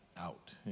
out